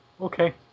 Okay